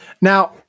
Now